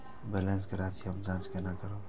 Balance के राशि हम जाँच केना करब?